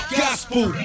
gospel